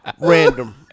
Random